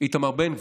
איתמר בן גביר,